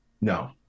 No